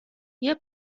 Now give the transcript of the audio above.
hier